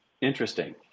Interesting